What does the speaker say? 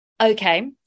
Okay